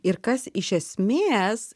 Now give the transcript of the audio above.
ir kas iš esmės